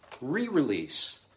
re-release